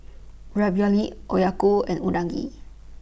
Ravioli Okayu and Unagi